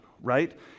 right